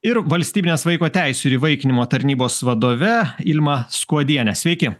ir valstybinės vaiko teisių ir įvaikinimo tarnybos vadove ilma skuodiene sveiki